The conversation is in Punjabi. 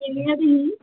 ਕਿਵੇਂ ਹੋ ਤੁਸੀਂ